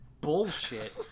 bullshit